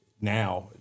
now